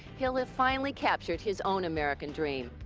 he'll have finally captured his own american dream.